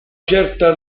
certa